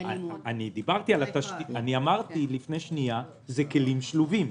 אני אמרתי לפני שנייה שזה כלים שלובים.